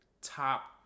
top